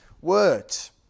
words